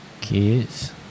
Kids